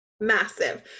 massive